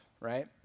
right